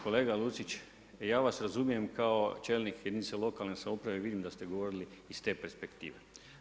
Kolega Lucić, ja vas razumijem kao čelnik jedinice lokalne samouprave, vidim da ste govorili iz te perspektive.